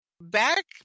back